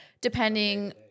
depending